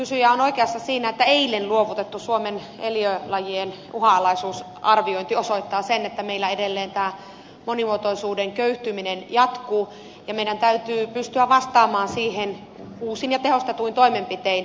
kysyjä on oikeassa siinä että eilen luovutettu suomen eliölajien uhanalaisuusarviointi osoittaa sen että meillä edelleen tämä monimuotoisuuden köyhtyminen jatkuu ja meidän täytyy pystyä vastaamaan siihen uusin ja tehostetuin toimenpitein